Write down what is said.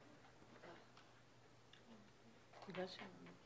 ברוך לא.